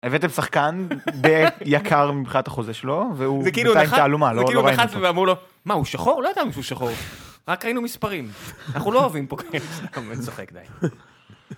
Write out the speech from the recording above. הבאתם שחקן די יקר מבחינת החוזה שלו והוא כאילו תעלומה. הוא כאילו נחת והם אמרו לו מה הוא שחור? לא ידענו שהוא שחור. רק ראינו מספרים אנחנו לא אוהבים פה.